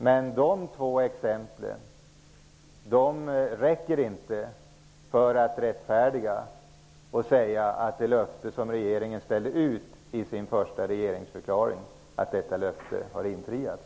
Men de två exemplen räcker inte för att säga att det löfte som regeringen ställde ut i sin första regeringsdeklaration har infriats.